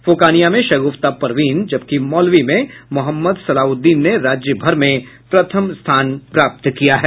फोकानिया में शगुफ्ता परवीन जबकि मौलवी में मोहम्मद सलाउद्दीन ने राज्यभर में प्रथम स्थान प्राप्त किया है